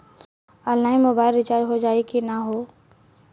Online mobile recharge हो जाई की ना हो?